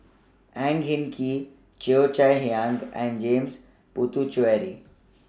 Ang Hin Kee Cheo Chai Hiang and James Puthucheary